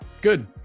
good